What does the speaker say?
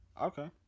okay